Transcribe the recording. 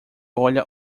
olha